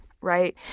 right